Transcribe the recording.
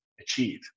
achieve